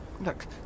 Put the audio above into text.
Look